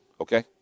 Okay